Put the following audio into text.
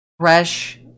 Fresh